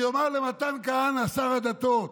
אני אומר למתן כהנא, שר הדתות: